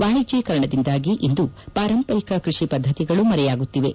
ವಾಣಿಜ್ನೀಕರಣದಿಂದಾಗಿ ಇಂದು ಪಾರಂಪರಿಕ ಕೃಷಿ ಪದ್ಧತಿಗಳು ಮರೆಯಾಗುತ್ತಿವೆ